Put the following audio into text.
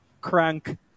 Crank